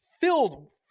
filled